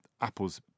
Apple's